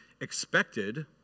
expected